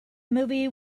movie